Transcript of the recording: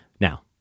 Now